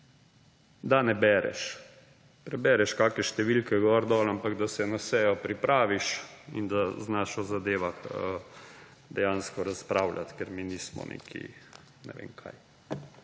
da ne bereš. Prebereš kakšne številke gor, dol, ampak da se na sejo pripraviš in da znaš o zadevah dejansko razpravljati, ker mi nismo neki ne vem kaj